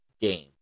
game